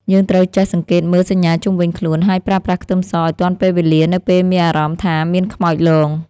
យើងត្រូវចេះសង្កេតមើលសញ្ញាជុំវិញខ្លួនហើយប្រើប្រាស់ខ្ទឹមសឱ្យទាន់ពេលវេលានៅពេលមានអារម្មណ៍ថាមានខ្មោចលង។